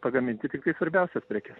pagaminti tiktai svarbiausias prekes